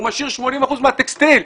הוא משאיר 80 אחוזים מהטקסטיל.